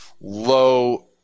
low